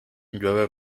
llueve